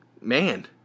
man